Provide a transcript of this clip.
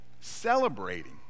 celebrating